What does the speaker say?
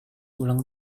ulang